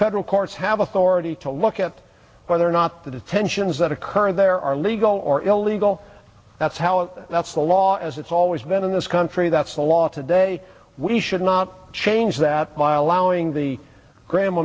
federal courts have authority to look at whether or not the detentions that occurred there are legal or illegal that's how that's the law as it's always been in this country that's the law today we should not change that by allowing the gra